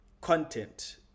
content